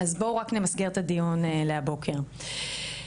בואו רק נמסגר את הדיון לבוקר הזה.